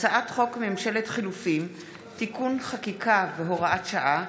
הצעת חוק ממשלת חילופים (תיקון חקיקה והוראת שעה),